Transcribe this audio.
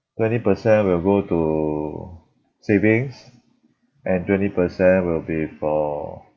twenty percent will go to savings and twenty percent will be for